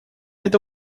это